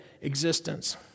existence